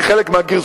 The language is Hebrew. על-פי חלק מהגרסאות,